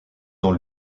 dans